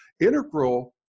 Integral